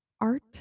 art